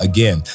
Again